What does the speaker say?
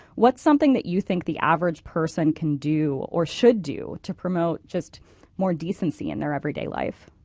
what's something that you think the average person can do or should do to promote just more decency in their everyday life?